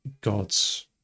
God's